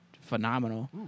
phenomenal